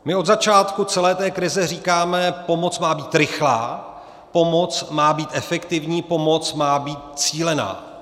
My od začátku celé té krize říkáme, že pomoc má být rychlá, pomoc má být efektivní, pomoc má být cílená.